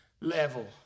level